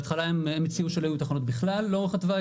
בהתחלה הם הציעו שלא יהיו תחנות בכלל לאורך התוואי,